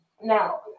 now